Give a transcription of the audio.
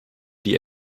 die